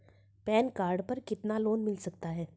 Pan card पर कितना loan मिल सकता है?